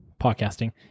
podcasting